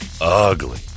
ugly